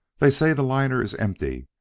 they say the liner is empty,